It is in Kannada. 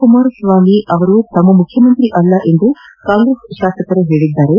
ಕುಮಾರಸ್ವಾಮಿ ಅವರು ತಮ್ಮ ಮುಖ್ಯಮಂತ್ರಿ ಅಲ್ಲ ಎಂದು ಕಾಂಗ್ರೆಸ್ ಶಾಸಕರೇ ಹೇಳಿದ್ದಾರೆ